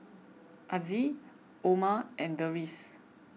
Aziz Omar and Deris